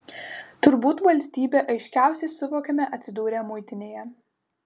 turbūt valstybę aiškiausiai suvokiame atsidūrę muitinėje